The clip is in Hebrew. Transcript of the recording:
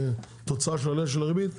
תוצאה של עליית הריבית,